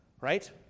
right